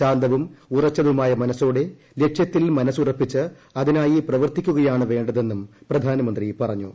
ശാന്തവു്ം ഉറച്ചതുമായ മനസ്സോടെ ലക്ഷ്യത്തിൽ മനസ്സുറപ്പിച്ച് അതിനായി പ്രവർത്തിക്കുകയാണ് വേണ്ടതെന്നും പ്രധാ നമന്ത്രി പറഞ്ഞു